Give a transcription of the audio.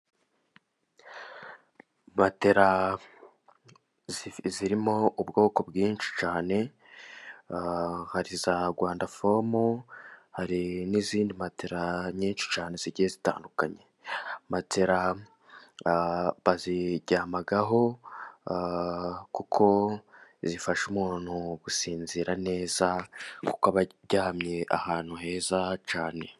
MateLa zirimo ubwoko bwinshi cyane. Hari iza Rwandafomu, hari n'izindi matela nyinshi cyane zigiye zitandukanye. Matela baziryamaho kuko zifasha umuntu gusinzira neza kuko aba aryamye ahantu heza cyane.